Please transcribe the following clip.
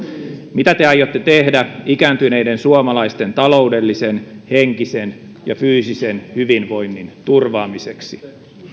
mitä te aiotte tehdä ikääntyneiden suomalaisten taloudellisen henkisen ja fyysisen hyvinvoinnin turvaamiseksi